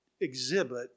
exhibit